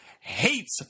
hates